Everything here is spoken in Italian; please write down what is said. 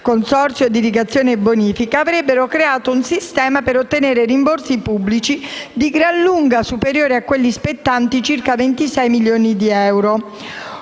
consorzio d'irrigazione e bonifica, avrebbero creato un sistema per ottenere rimborsi pubblici di gran lunga superiori a quelli spettanti, circa 26 milioni di euro,